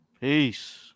Peace